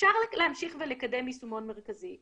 אפשר להמשיך ולקדם יישומון מרכזי.